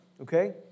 okay